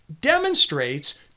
demonstrates